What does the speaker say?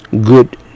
good